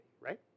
right